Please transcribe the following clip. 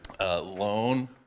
loan